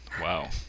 Wow